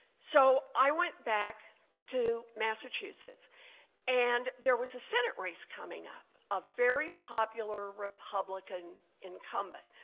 so i went back to massachusetts and there was a senate race coming up, a very popular republican incumbent